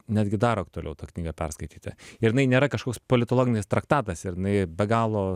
netgi dar aktualiau tą knygą perskaityti ir jinai nėra kažkoks politologinis traktatas ir jinai be galo